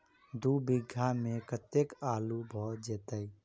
दु बीघा मे कतेक आलु भऽ जेतय?